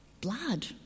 Blood